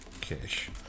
Cash